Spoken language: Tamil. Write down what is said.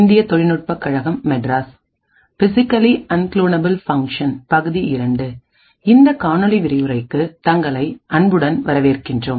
இந்த காணொளி விரிவுரைக்கு தங்களை அன்புடன் வரவேற்கின்றோம்